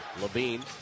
Levine